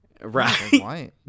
Right